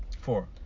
Four